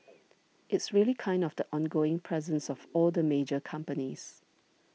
it's really kind of the ongoing presence of all the major companies